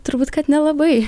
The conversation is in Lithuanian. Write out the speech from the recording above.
turbūt kad nelabai